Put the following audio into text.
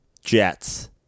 Jets